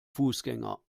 fußgänger